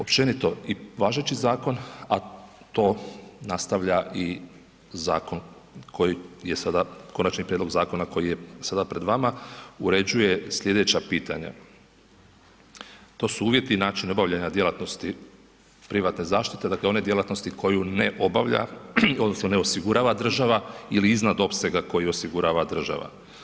Općenito i važeći zakon, a to nastavlja i zakon koji je sada, konačni prijedlog zakona koji je sada pred vama, uređuje sljedeća pitanja, to su uvjeti i načini obavljanja djelatnosti privatne zaštite, dakle one djelatnosti koju ne obavlja, odnosno ne osigurava država ili iznad opsega koji osigurava država.